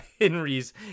Henry's